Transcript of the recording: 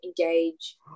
engage